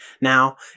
now